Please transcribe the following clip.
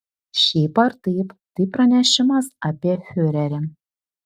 šiaip ar taip tai pranešimas apie fiurerį